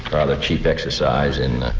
rather cheap exercise in